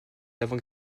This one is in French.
avant